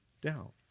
down